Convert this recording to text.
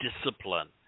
discipline